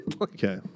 Okay